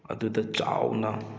ꯑꯗꯨꯗ ꯆꯥꯎꯅ